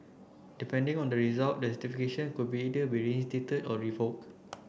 depending on the result the could or revoke